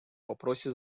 вопросе